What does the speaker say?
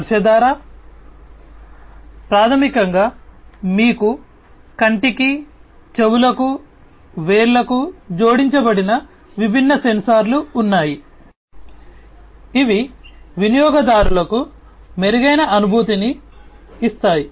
స్పర్శ ద్వారా ప్రాథమికంగా మీకు కంటికి చెవులకు వేళ్లకు జోడించబడిన విభిన్న సెన్సార్లు ఉన్నాయి ఇవి వినియోగదారుకు మెరుగైన అనుభూతిని ఇస్తాయి